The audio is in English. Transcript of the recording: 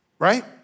Right